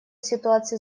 ситуации